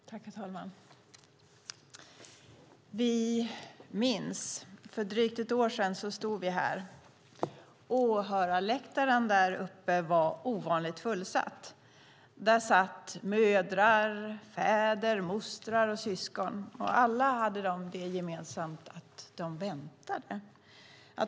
Herr talman! Vi minns. För drygt ett år sedan stod vi här. Åhörarläktaren var ovanligt fullsatt. Där satt mödrar, fäder, mostrar och syskon. Alla hade det gemensamt att de väntade.